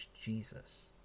Jesus